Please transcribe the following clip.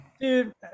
dude